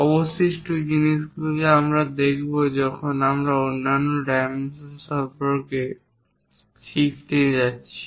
অবশিষ্ট জিনিসগুলি আমরা শিখব যখন আমরা অন্যান্য ডাইমেনশন সম্পর্কে শিখতে যাচ্ছি